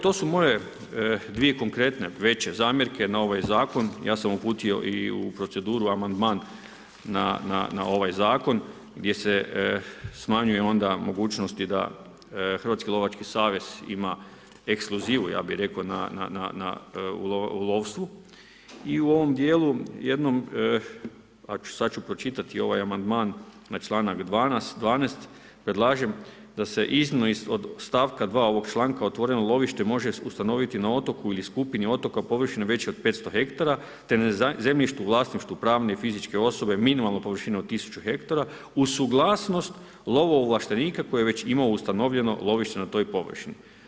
To su moje dvije konkretne, veće zamjerke na ovaj zakon, ja sam uputio i u proceduru amandman na ovaj zakon gdje se smanjuje onda mogućnosti da Hrvatski lovački savez ima ekskluzivu ja bi rekao u lovstvu i u ovom dijelu, jednom, sada ću pročitati ovaj amandman na čl. 12. predlažem da se izmjene od stavka 2. ovog članka otvoreno lovište može ustanoviti na otoku ili skupini otoka površinom većem od 500 hektara te na zemljište u vlasništvu pravne i fizičke osobe minimalnu površinu od 1000 hektara, uz suglasnost lovo ovlaštenika koje već ima ustanovljeno lovište na toj površini.